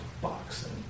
boxing